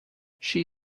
she